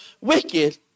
wicked